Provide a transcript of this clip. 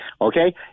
Okay